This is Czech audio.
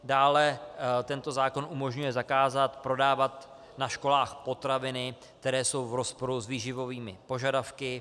Dále tento zákon umožňuje zakázat prodávat na školách potraviny, které jsou v rozporu s výživovými požadavky.